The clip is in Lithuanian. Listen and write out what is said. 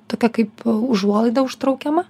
tokia kaip užuolaida užtraukiama